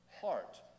heart